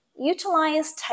Utilize